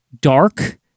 dark